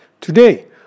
Today